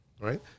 right